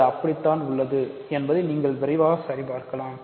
அது அப்படித்தான் உள்ளது என்பதை நீங்கள் விரைவாக சரிபார்க்கலாம்